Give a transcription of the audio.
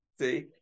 See